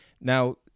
now